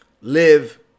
live